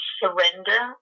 surrender